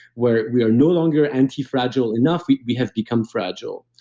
where we are no longer anti-fragile enough. we we have become fragile.